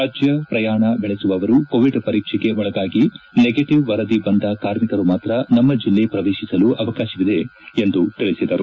ರಾಜ್ಯ ಶ್ರಯಾಣ ಬೆಳಸುವವರು ಕೋವಿಡ್ ಪರೀಕ್ಷೆಗೆ ಒಳಗಾಗಿ ನೆಗಟವ್ ವರದಿ ಬಂದ ಕಾರ್ಮಿಕರು ಮಾತ್ರ ನಮ್ಮ ಜಿಲ್ಲೆ ಪ್ರವೇಶಿಸಲು ಅವಕಾಶವಿದೆ ಎಂದು ತಿಳಿಸಿದರು